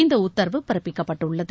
இந்த உத்தரவு பிறப்பிக்கப்பட்டுள்ளது